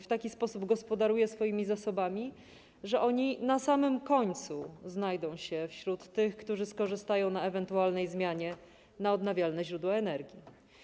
W taki sposób gospodaruje swoimi zasobami, że oni na samym końcu znajdą się wśród tych, którzy skorzystają na ewentualnej zmianie na odnawialne źródła energii.